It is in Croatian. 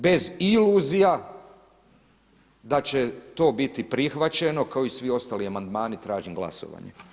Bez iluzija da će to biti prihvaćeno kao i svi ostali amandmani, tražim glasovanje.